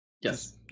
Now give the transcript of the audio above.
Yes